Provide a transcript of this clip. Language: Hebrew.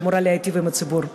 שאמורה להיטיב עם הציבור?